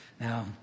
Now